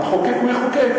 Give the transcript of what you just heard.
המחוקק, הוא יחוקק.